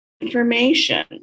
information